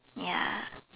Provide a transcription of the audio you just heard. ya